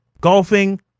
golfing